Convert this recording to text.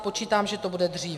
Počítám, že to bude dříve.